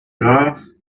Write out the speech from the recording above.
graph